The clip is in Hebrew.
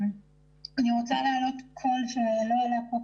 אני רוצה להעלות פה קול שלא עלה פה,